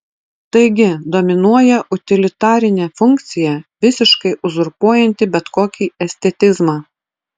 taigi dominuoja utilitarinė funkcija visiškai uzurpuojanti bet kokį estetizmą